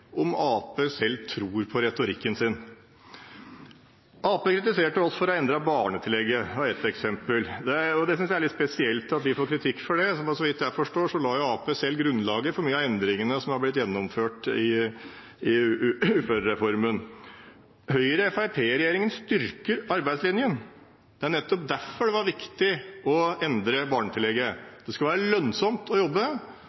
om Arbeiderpartiet selv tror på retorikken sin. Arbeiderpartiet kritiserte oss for å endre barnetillegget, det er et eksempel. Jeg synes det er litt spesielt at vi får kritikk for det, for så vidt jeg forstår, la jo Arbeiderpartiet selv grunnlaget for mye av endringene som er blitt gjennomført i uførereformen. Høyre–Fremskrittsparti-regjeringen styrker arbeidslinjen. Det er nettopp derfor det var viktig å endre